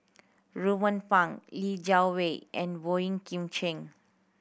Ruben Pang Li Jiawei and Boey Kim Cheng